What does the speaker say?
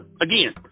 again